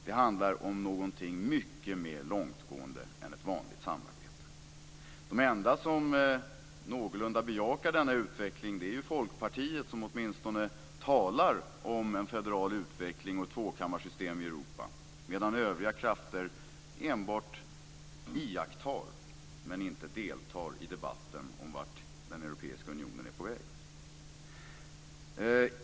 Det handlar om någonting mycket mer långtgående än ett vanligt samarbete. De enda som någorlunda bejakar denna utveckling är Folkpartiet som åtminstone talar om en federal utveckling och tvåkammarsystem i Europa, medan övriga krafter enbart iakttar, inte deltar i, debatten om vart den europeiska unionen är på väg.